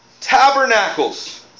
tabernacles